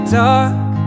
dark